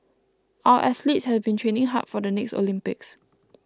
our athletes have been training hard for the next Olympics